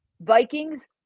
Vikings